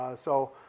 ah so,